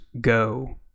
go